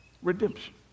Redemption